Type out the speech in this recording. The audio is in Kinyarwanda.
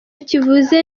kivuze